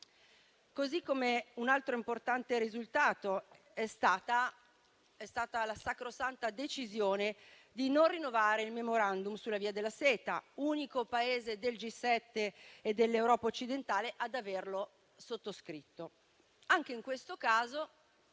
risultati. Un altro importante risultato è stata la sacrosanta decisione di non rinnovare il *memorandum* sulla Via della seta, anche perché siamo l'unico Paese del G7 e dell'Europa occidentale ad averlo sottoscritto. Anche in questo caso